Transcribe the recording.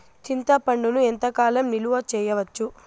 చింతపండును ఎంత కాలం నిలువ చేయవచ్చు?